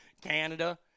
Canada